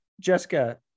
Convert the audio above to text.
Jessica